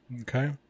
Okay